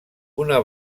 una